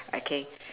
okay